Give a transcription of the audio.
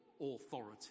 authority